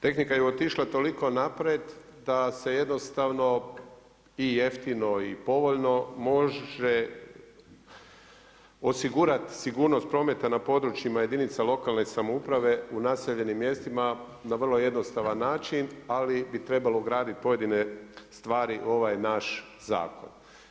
Tehnika je otišla toliko naprijed da se jednostavno i jeftino i povoljno može osigurati sigurnost prometa na područjima jedinica lokalne samouprave u naseljenim mjestima na vrlo jednostavan način ali bi trebalo ugraditi pojedine stvari u ovaj naš zakon.